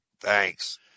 Thanks